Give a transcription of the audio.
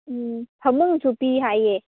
ꯎꯝ ꯐꯃꯨꯡꯁꯨ ꯄꯤ ꯍꯥꯏꯌꯦ